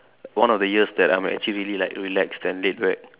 one of the years that I'm actually really like relaxed and laid back